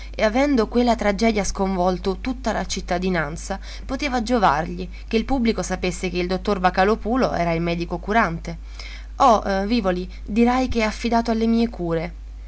e avendo quella tragedia sconvolto tutta la cittadinanza poteva giovargli che il pubblico sapesse che il dottor vocalòpulo era il medico curante oh vivoli dirai che è affidato alle mie cure